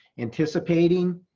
anticipating